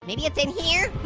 maybe it's in here